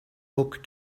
book